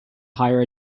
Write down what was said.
higher